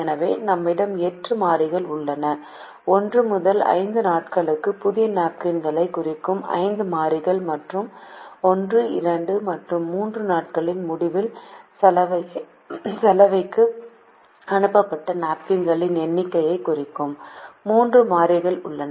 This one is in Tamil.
எனவே நம்மிடம் 8 மாறிகள் உள்ளன 1 முதல் 5 நாட்களுக்கு புதிய நாப்கின்களைக் குறிக்கும் 5 மாறிகள் மற்றும் 1 2 மற்றும் 3 நாட்களின் முடிவில் சலவைக்கு அனுப்பப்பட்ட நாப்கின்களின் எண்ணிக்கையைக் குறிக்கும் 3 மாறிகள் உள்ளன